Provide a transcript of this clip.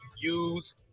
use